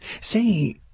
Say